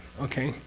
okay,